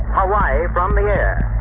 hawaii, from the air.